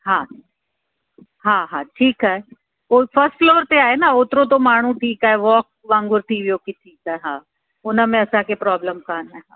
हा हा हा ठीकु आहे पोइ फस्ट फ्लोर ते आहे न ओतिरो त माण्हू ठीकु आहे वॉक वांगुर थी वियो ठीकु आहे हुन में असांखे प्रॉब्लम कोन्हे हा